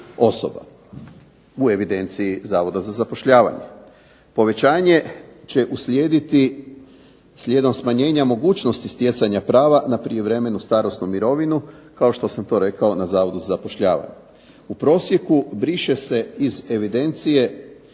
osoba u evidenciji Zavoda za zapošljavanje. Povećanje će uslijediti slijedom smanjenja mogućnosti stjecanja prava na prijevremenu starosnu mirovinu kao što sam to rekao na Zavodu za zapošljavanje. U prosjeku briše se iz evidencije